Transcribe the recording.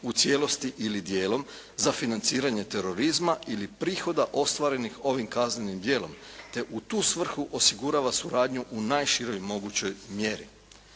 u cijelosti ili dijelom za financiranje terorizma ili prihoda ostvarenih ovim kaznenim djelom, te u tu svrhu osigurava suradnju u najširoj mogućoj mjeri.